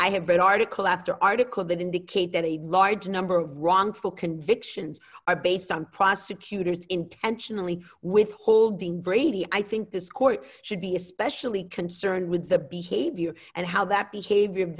i have read article after article that indicate that a large number of wrongful convictions are based on prosecutors intentionally withholding brady i think this court should be especially concerned with the behavior and how that behavior of